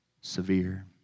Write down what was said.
severe